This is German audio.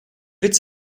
witz